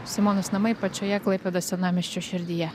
simonos namai pačioje klaipėdos senamiesčio širdyje